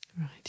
Right